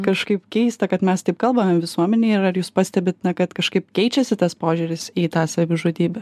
kažkaip keista kad mes taip kalbame visuomenėj ir ar jūs pastebit kad kažkaip keičiasi tas požiūris į tą savižudybę